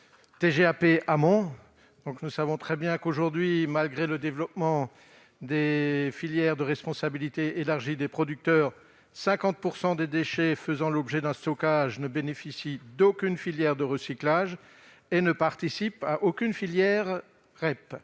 (TGAP) « amont ». Nous savons très bien qu'aujourd'hui, malgré le développement des filières de responsabilité élargie des producteurs (REP), 50 % des déchets faisant l'objet d'un stockage ne bénéficient d'aucune filière de recyclage ni d'aucune filière de REP.